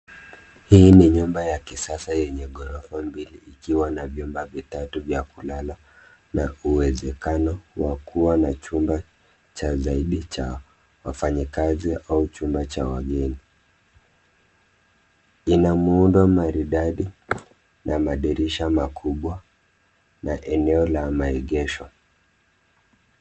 Hii ni nyumba ya kisasa yenye ghorofa mbili ikiwa na vyumba vitatu vya kulala na uwezekano wa kuwa na chumba cha zaidi cha wafanyikazi au chumba cha wageni. Ina muundo maridadi na madirisha makubwa na eneo la maegesho.